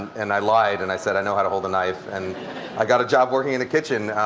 and i lied and i said i know how to hold a knife and i got a job working in a kitchen.